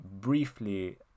briefly